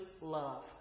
love